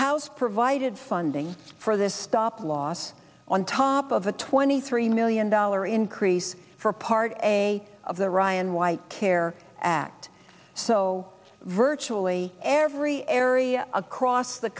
house provided funding for this stop loss on top of a twenty three million dollar increase for part of the ryan white care act so virtually every area across the